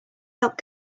helped